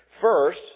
First